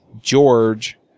george